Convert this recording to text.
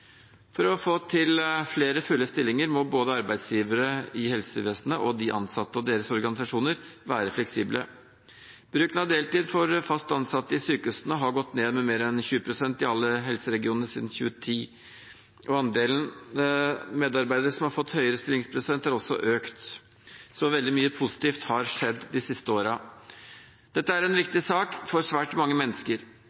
For å få til flere fulle stillinger må både arbeidsgivere i helsevesenet og de ansatte og deres organisasjoner være fleksible. Bruken av deltid for fast ansatte i sykehusene har gått ned med mer enn 20 pst. i alle helseregionene siden 2010. Andelen medarbeidere som har fått høyere stillingsprosent, har også økt, så veldig mye positivt har skjedd de siste årene. Dette er en